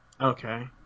Okay